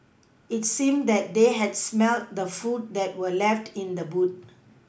it seemed that they had smelt the food that were left in the boot